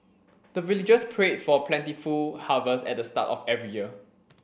the villagers pray for plentiful harvest at the start of every year